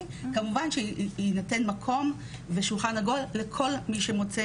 כמובן שיינתן מקום ושולחן עגול לכל מי שמוצא